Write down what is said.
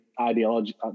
ideology